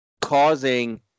causing